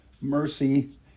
mercy